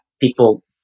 people